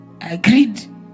agreed